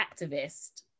activist